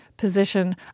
position